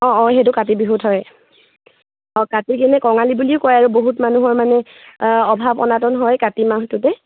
অঁ অঁ সেইটো কাতি বিহুত হয় অঁ কাতিক এনেই কঙালী বুলিও কয় আৰু বহুত মানুহৰ মানে অভাৱ অনাটন হয় কাতি মাহটোতে